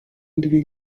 dwie